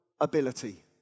ability